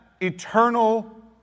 eternal